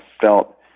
felt